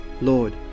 Lord